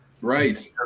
right